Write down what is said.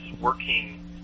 working